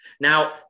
Now